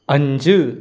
അഞ്ച്